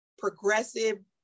Progressive